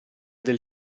del